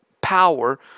power